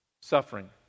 suffering